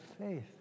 faith